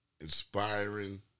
inspiring